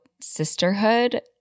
sisterhood